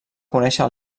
conèixer